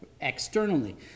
externally